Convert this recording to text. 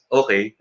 okay